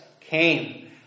came